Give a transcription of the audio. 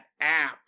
app